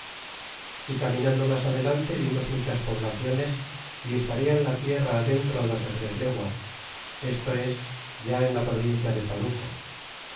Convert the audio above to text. e caminando mas adelante vimos muchas poblaciones y estarian la tierra adentro dos lo tres leguas esto es ya en la provincia de panuco